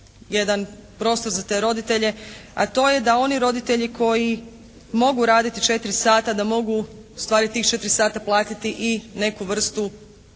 jedan prostor za te roditelje, a to je da oni roditelji koji mogu raditi 4 sata da mogu ustvari tih 4 sata platiti i neku vrstu